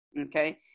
okay